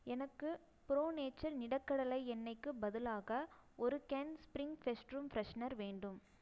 எனக்கு pro nature நிலக்கடலை எண்ணெய்க்கு பதிலாக ஒரு can spring fest room freshener வேண்டும்